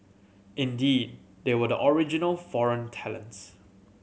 indeed they were the original foreign talents